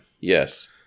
Yes